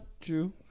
true